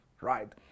right